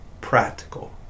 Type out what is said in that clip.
practical